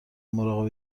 مراقب